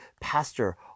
Pastor